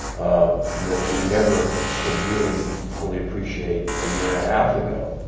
that we never could really fully appreciate a year and a half ago.